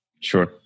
Sure